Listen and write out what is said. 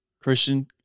Christian